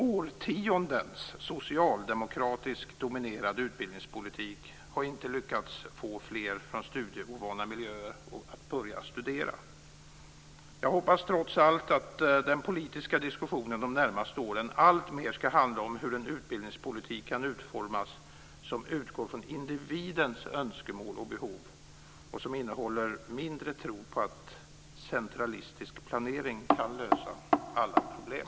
Årtiondens socialdemokratiskt dominerade utbildningspolitik har inte lyckats få fler från studieovana miljöer att börja studera. Jag hoppas trots allt att den politiska diskussionen de närmaste åren alltmer ska handla om hur en utbildningspolitik kan utformas som utgår från individens önskemål och behov och som innehåller mindre tro på att centralistisk planering kan lösa alla problem.